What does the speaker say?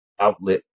outlet